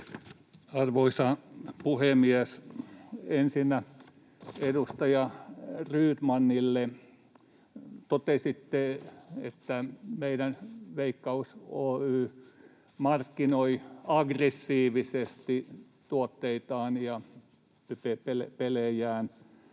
Arvoisa puhemies! Ensinnä edustaja Rydmanille: Totesitte, että meidän Veikkaus Oy markkinoi aggressiivisesti tuotteitaan ja pelejään.